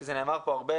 כי זה נאמר פה הרבה,